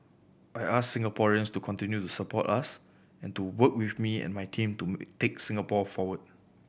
I ask Singaporeans to continue to support us and to work with me and my team to take Singapore forward